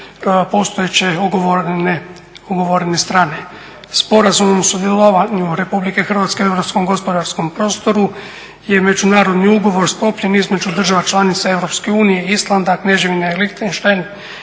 postojeće ugovorne strane. Sporazum o sudjelovanju Republike Hrvatske u europskom gospodarskom prostoru je međunarodni ugovor sklopljen između država članica Europske unije, Islanda, Kneževine Lichtenstein